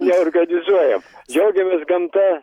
neorganizuojam džiaugiamės gamta